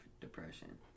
depression